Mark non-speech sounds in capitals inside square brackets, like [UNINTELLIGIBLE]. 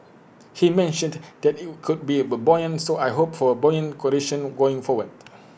he mentioned that IT could be [UNINTELLIGIBLE] buoyant so I hope for A buoyant conditions going forward